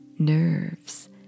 Nerves